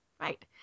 Right